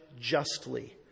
justly